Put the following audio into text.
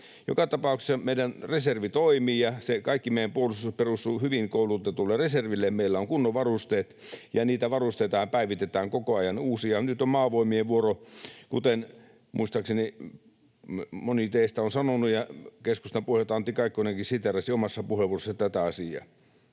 Joka tapauksessa meidän reservi toimii, ja kaikki meidän puolustushan perustuu hyvin koulutetulle reserville ja sille, että meillä on kunnon varusteet. Niitä varusteitahan päivitetään koko ajan uusilla, ja nyt on Maavoimien vuoro, kuten muistaakseni moni teistä on sanonut, ja keskustan puheenjohtaja Antti Kaikkonenkin siteerasi omassa puheenvuorossaan tätä asiaa.